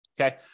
Okay